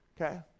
Okay